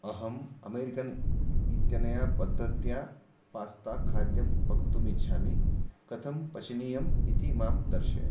अहम् अमेरिकन् इत्यनया पद्धत्या पास्ताखाद्यं पक्तुम् इच्छामि कथं पचनीयं इति मां दर्शय